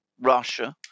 Russia